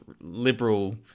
liberal